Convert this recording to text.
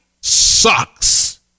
sucks